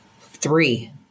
three